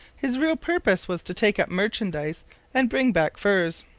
his real purpose was to take up merchandise and bring back furs.